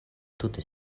tute